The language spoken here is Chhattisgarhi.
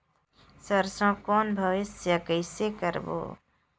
सरसो कौन व्यवसाय कइसे करबो?